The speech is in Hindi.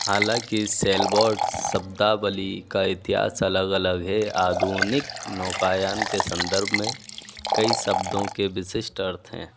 हालाँकि सेल बोट शब्दावली का इतिहास अलग अलग है आधुनिक नौकायान के संदर्भ में कई शब्दों के विशिष्ट अर्थ हैं